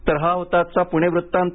तर हा होता आजचा पुणे वृत्तांत